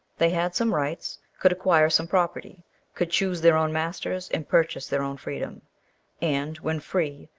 they had some rights could acquire some property could choose their own masters, and purchase their own freedom and, when free,